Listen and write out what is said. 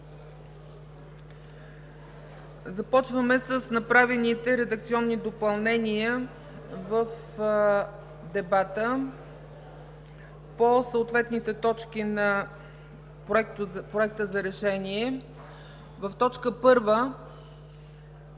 Започваме с направените редакционни допълнения в дебата по съответните точки на Проекта за решение. В т. 1